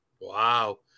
Wow